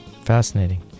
Fascinating